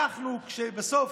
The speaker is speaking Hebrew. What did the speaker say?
בסוף,